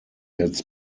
its